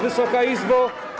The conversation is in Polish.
Wysoka Izbo!